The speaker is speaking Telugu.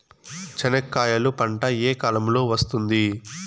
చెనక్కాయలు పంట ఏ కాలము లో వస్తుంది